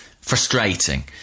frustrating